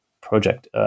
project